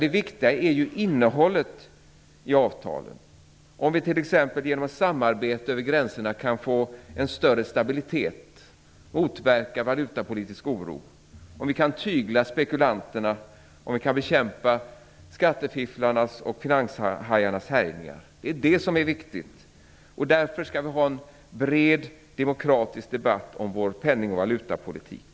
Det viktiga är ju innehållet i avtalen. Det som är viktigt är om vi t.ex. genom samarbete över gränserna kan få en större stabilitet och motverka valutapolitisk oro och om vi kan tygla spekulanterna och bekämpa skattefifflarnas och finanshajarnas härjningar. Därför skall vi ha en bred demokratisk debatt om vår penning och valutapolitik.